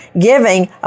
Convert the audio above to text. giving